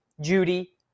judy